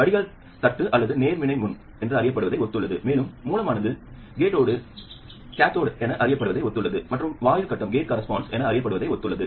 வடிகால் தட்டு அல்லது நேர்மின்முனை என அறியப்படுவதை ஒத்துள்ளது மேலும் மூலமானது கேத்தோடு என அறியப்படுவதை ஒத்துள்ளது மற்றும் வாயில் கட்டம் என அறியப்படுவதை ஒத்துள்ளது